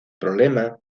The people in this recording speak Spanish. problema